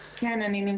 כן, אני כאן